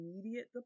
immediate